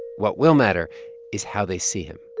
what will matter is how they see him